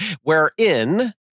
wherein